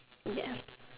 yes